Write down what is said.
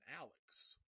Alex